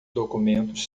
documentos